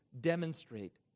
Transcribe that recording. demonstrate